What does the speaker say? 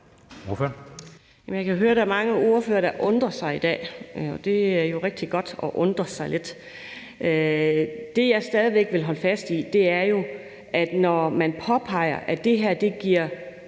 Jeg kan høre, at der er mange ordførere, der undrer sig i dag, og det er jo rigtig godt at undre sig lidt. Det, jeg stadig væk vil holde fast i, er jo, at når man påpeger, at det her giver